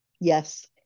Yes